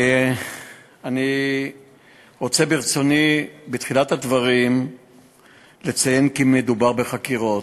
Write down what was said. אני רוצה בתחילת הדברים לציין כי מדובר בחקירות,